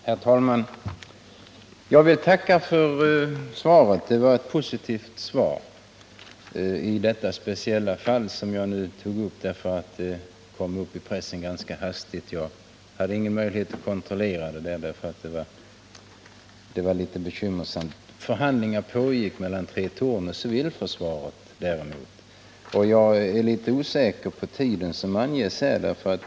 Herr talman! Jag vill tacka för svaret. Det var ett positivt svar på min fråga i detta speciella fall, som kom upp i pressen ganska hastigt och som jag genast tog upp här. Jag hade då ingen möjlighet att kontrollera uppgiften, vilket bekymrade mig. Förhandlingar pågick mellan Tre Torn och civilförsvaret, men jag är litet osäker på om den tid som anges är riktig.